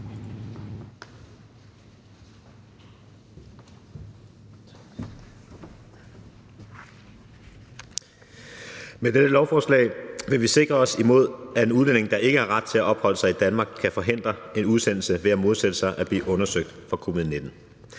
Med dette lovforslag vil vi sikre os imod, at en udlænding, der ikke har ret til at opholde sig i Danmark, kan forhindre en udsendelse ved at modsætte sig at blive undersøgt for covid-19.